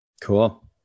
Cool